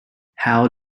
how